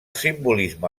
simbolisme